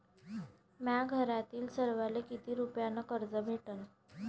माह्या घरातील सर्वाले किती रुप्यान कर्ज भेटन?